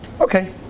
Okay